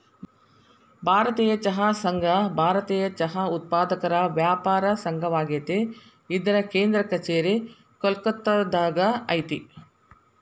ಭಾರತೇಯ ಚಹಾ ಸಂಘ ಭಾರತೇಯ ಚಹಾ ಉತ್ಪಾದಕರ ವ್ಯಾಪಾರ ಸಂಘವಾಗೇತಿ ಇದರ ಕೇಂದ್ರ ಕಛೇರಿ ಕೋಲ್ಕತ್ತಾದಾಗ ಐತಿ